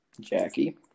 Jackie